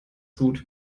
gut